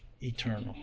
eternal